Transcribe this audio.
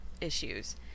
issues